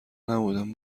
نبودم